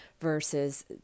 versus